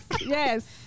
yes